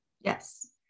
yes